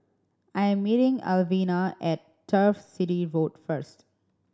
I am meeting Alwina at Turf City Road first